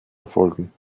erfolgen